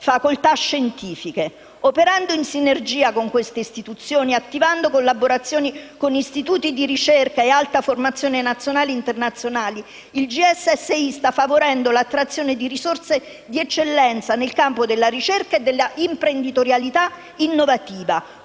facoltà scientifiche. Operando in sinergia con tali istituzioni e attivando collaborazioni con istituti di ricerca e alta formazione nazionale e internazionali, il GSSI sta favorendo l'attrazione di risorse di eccellenza nel campo della ricerca e della imprenditorialità innovativa.